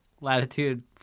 Latitude